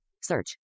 search